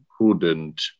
prudent